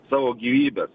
savo gyvybes